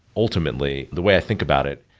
ultimately, the way i think about it,